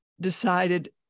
decided